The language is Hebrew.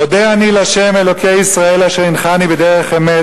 מודה אני לה' אלוקי ישראל אשר הנחני בדרך אמת